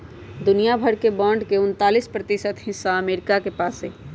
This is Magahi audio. दुनिया भर के बांड के उन्तालीस प्रतिशत हिस्सा अमरीका के पास हई